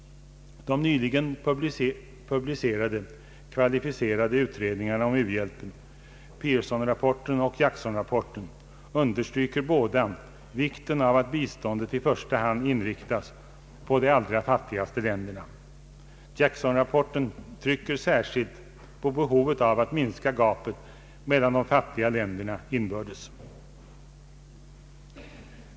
De nyligen publicerade kvalificerade utredningarna om u-hjälp, Pearsonrapporten och Jacksonrapporten, understryker båda vikten av att biståndet i första hand inriktas på de allra fattigaste länderna. Jacksonrapporten trycker särskilt på behovet av att minska gapet mellan de fattiga länderna inbördes.